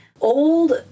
old